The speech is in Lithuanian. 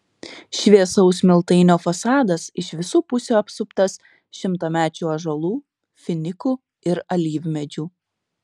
šviesaus smiltainio fasadas iš visų pusių apsuptas šimtamečių ąžuolų finikų ir alyvmedžių